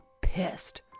pissed